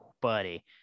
buddy